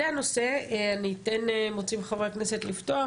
זה הנושא, אני אתן לחברי הכנסת לפתוח.